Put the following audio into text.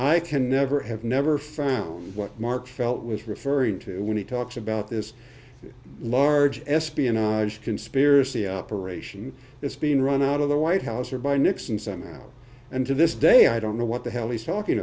i can never have never found what mark felt was referring to when he talks about this large espionage conspiracy operation it's being run out of the white house or by nixon some now and to this day i don't know what the hell he's talking